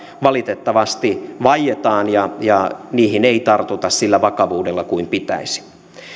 valitettavasti vaietaan ja ja niihin ei tartuta sillä vakavuudella kuin pitäisi